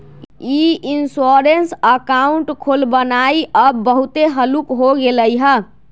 ई insurance account खोलबनाइ अब बहुते हल्लुक हो गेलइ ह